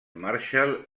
marshall